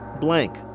Blank